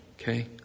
okay